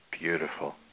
Beautiful